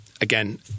Again